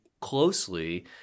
closely